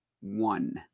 one